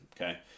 okay